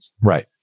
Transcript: Right